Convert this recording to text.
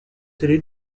télé